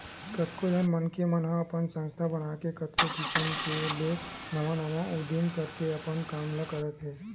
कतको झन मनखे मन ह अपन संस्था बनाके कतको किसम ले नवा नवा उदीम करके अपन काम ल करत हे